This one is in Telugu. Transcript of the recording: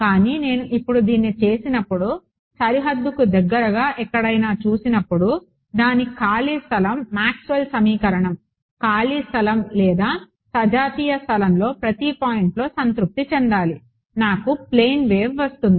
కానీ నేను ఇప్పుడు దీన్ని చేసినప్పుడు సరిహద్దుకు దగ్గరగా ఎక్కడైనా చూసినప్పుడు దాని ఖాళీ స్థలం మాక్స్వెల్ సమీకరణం ఖాళీ స్థలం లేదా సజాతీయ స్థలంలో ప్రతి పాయింట్లో సంతృప్తి చెందాలి నాకు ప్లేన్ వేవ్ వస్తుంది